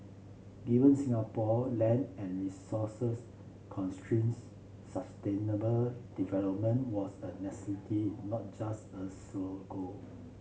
given Singapore land and resources constraints sustainable development was a necessity not just a slogan